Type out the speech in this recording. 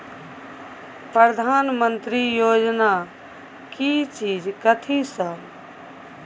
प्रधानमंत्री योजना की चीज कथि सब?